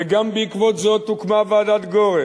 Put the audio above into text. וגם בעקבות זאת הוקמה ועדת-גורן,